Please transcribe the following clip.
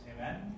Amen